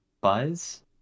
buzz